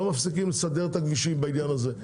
מפסיקים לסדר את הכבישים בעניין הזה,